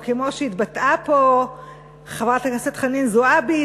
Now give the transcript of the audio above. או כמו שהתבטאה פה חברת הכנסת חנין זועבי,